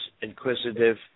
inquisitive